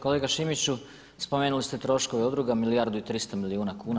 Kolega Šimiću, spomenuli ste troškove udruga milijardu i 300 milijuna kuna.